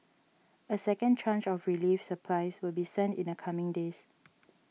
a second tranche of relief supplies will be sent in the coming days